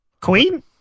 Queen